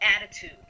attitude